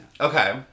Okay